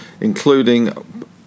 including